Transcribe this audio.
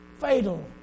Fatal